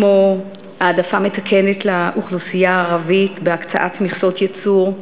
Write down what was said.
כמו העדפה מתקנת לאוכלוסיית הערבים בהקצאת מכסות ייצור,